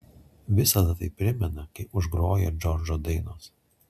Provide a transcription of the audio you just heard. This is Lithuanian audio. visada tai primena kai užgroja džordžo dainos